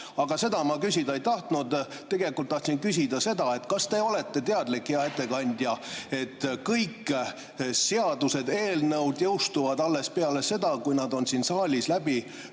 seda ma küsida ei tahtnud. Tegelikult tahtsin küsida seda: kas te olete teadlik, hea ettekandja, et kõik seadused jõustuvad alles peale seda, kui nad on siin saalis läbi